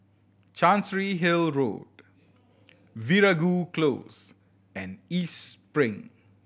Chancery Hill Road Veeragoo Close and East Spring